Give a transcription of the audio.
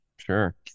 Sure